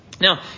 Now